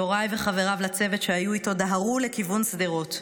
יוראי וחבריו לצוות שהיו איתו דהרו לכיוון שדרות.